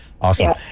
Awesome